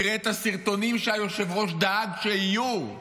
תראה את הסרטונים שהיושב-ראש דאג שיהיו.